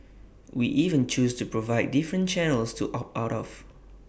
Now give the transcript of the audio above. we even choose to provide different channels to opt out of